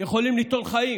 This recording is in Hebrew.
יכולים ליטול חיים.